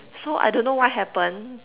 so I don't know what happen